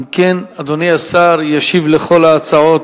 אם כן, אדוני השר ישיב על כל ההצעות.